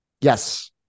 yes